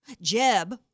Jeb